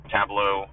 Tableau